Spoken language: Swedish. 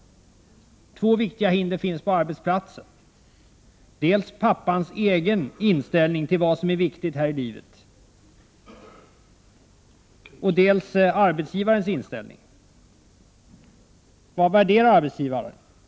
Två viktiga hinder finns på arbetsplatsen: dels pappans egen inställning till vad som är viktigt här i livet, dels arbetsgivarens inställning. Vad värderar arbetsgivaren?